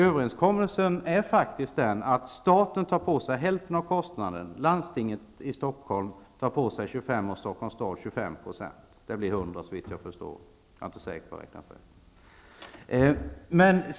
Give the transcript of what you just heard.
Överenskommelsen innebär faktiskt att staten tar på sig hälften av kostnaden, 25 %. Det blir 100 %.